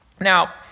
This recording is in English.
Now